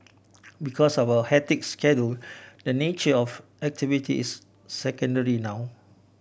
because of hectic schedule the nature of activity is secondary now